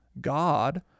God